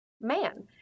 man